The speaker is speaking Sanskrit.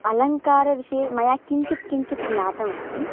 अलङ्कारविषये मया किञ्चित् किञ्चित् ज्ञातमस्ति